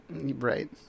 Right